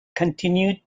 continued